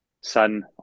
son